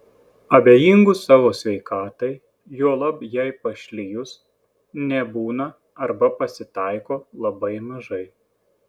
abejingų savo sveikatai juolab jai pašlijus nebūna arba pasitaiko labai mažai